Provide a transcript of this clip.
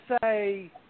say